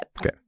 Okay